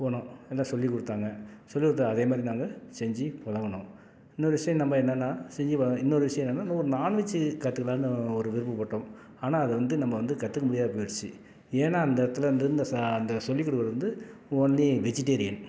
போனோம் எல்லாம் சொல்லிக் கொடுத்தாங்க சொல்லிக் கொடுத்தத அதே மாதிரி நாங்கள் செஞ்சு பழகினோம் இன்னொரு விஷயம் நம்ப என்னென்னா செஞ்சு பழகின இன்னொரு விஷயம் என்னென்னா இன்னொரு நாண்வெஜ்ஜு கற்றுக்கலான்னு ஒரு விருப்பப்பட்டோம் ஆனால் அதை வந்து நம்ம வந்து கற்றுக்க முடியாத போயிருச்சு ஏன்னா அந்த இடத்துல வந்து இந்த சா அந்த சொல்லிக் கொடுக்குறவர் வந்து ஒன்லி வெஜிடேரியன்